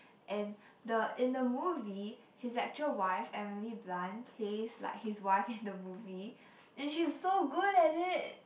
and the in the movie his actual wife Emily Blunt plays like his wife in the movie and she's so good at it